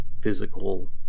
physical